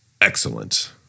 Excellent